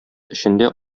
эчендә